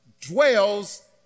dwells